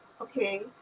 Okay